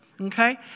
Okay